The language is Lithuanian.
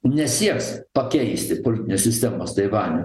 nesieks pakeisti politinės sistemos taivanio